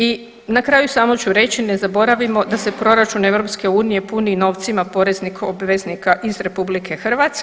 I na kraju samo ću reći, ne zaboravimo da se proračun EU puni novcima poreznih obveznika iz RH.